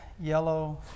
yellow